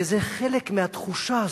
וזה חלק מהתחושה הזאת,